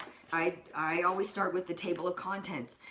i always start with the table of contents.